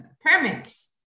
permits